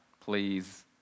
please